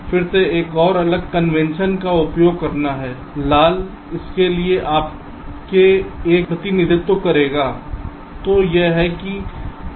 फिर से एक और अलग रंग कन्वेंशन का उपयोग करना लाल इसलिए यह आपके A का प्रतिनिधित्व करेगा